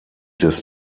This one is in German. des